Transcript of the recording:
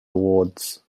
awards